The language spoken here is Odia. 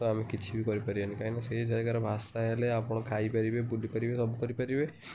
ତ ଆମେ କିଛି ବି କରିପାରିବାନି କାହିଁକି ନା ସେ ଜାଗାର ଭାଷା ହେଲେ ଆପଣ ଖାଇପାରିବେ ବୁଲିପାରିବେ ସବୁ କରିପାରିବେ